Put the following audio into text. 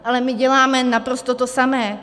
Ale my děláme naprosto to samé.